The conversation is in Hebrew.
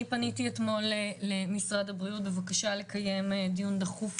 אני פניתי אתמול למשרד הבריאות בבקשה לקיים דיון דחוף